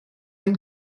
ein